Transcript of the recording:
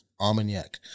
Armagnac